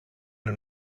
nur